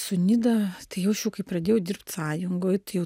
su nida tai jaučiu kai pradėjau dirbt sąjungoj tai jau